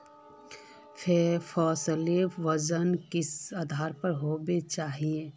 फसलेर वजन किस आधार पर होबे चही?